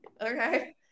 okay